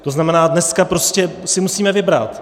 To znamená, dneska prostě si musíme vybrat.